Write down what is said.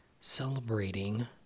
celebrating